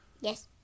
Yes